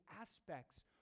aspects